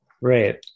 Right